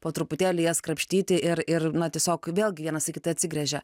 po truputėlį jas krapštyti ir ir na tiesiog vėlgi vienas į kitą atsigręžia